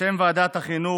בשם ועדת החינוך,